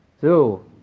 Two